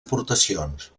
aportacions